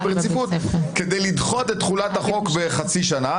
ברציפות כדי לדחות את תחילת החוק בחצי שנה,